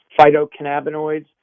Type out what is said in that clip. phytocannabinoids